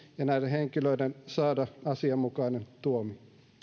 ja näiden henkilöiden saada asianmukainen tuomio